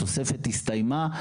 התוספת הסתיימה,